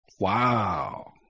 Wow